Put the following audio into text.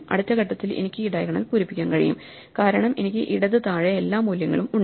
അടുത്ത ഘട്ടത്തിൽ എനിക്ക് ഈ ഡയഗണൽ പൂരിപ്പിക്കാൻ കഴിയും കാരണം എനിക്ക് ഇടത് താഴെ എല്ലാ മൂല്യങ്ങളും ഉണ്ട്